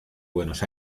buenos